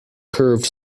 curved